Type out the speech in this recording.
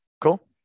Cool